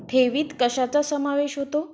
ठेवीत कशाचा समावेश होतो?